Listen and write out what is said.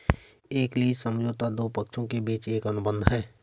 एक लीज समझौता दो पक्षों के बीच एक अनुबंध है